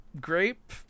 grape